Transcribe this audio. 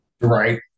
Right